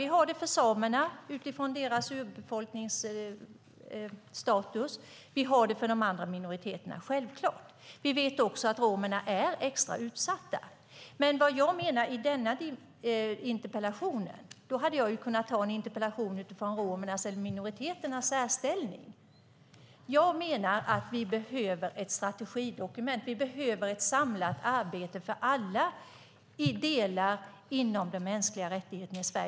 Vi har det för samerna utifrån deras urbefolkningsstatus, och vi har det för de andra minoriteterna, självklart. Vi vet att romerna är extra utsatta, och jag hade förstås kunnat lämna in en interpellation om romers eller andra minoriteters särställning. Det jag menar är att vi behöver ett strategidokument. Vi behöver göra ett samlat arbete i Sverige när det gäller de delar som ingår i de grundläggande rättigheterna.